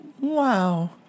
Wow